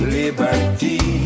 liberty